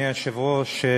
היושב-ראש,